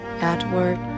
Edward